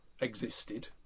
existed